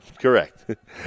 correct